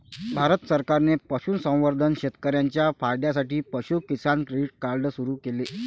भारत सरकारने सर्व पशुसंवर्धन शेतकर्यांच्या फायद्यासाठी पशु किसान क्रेडिट कार्ड सुरू केले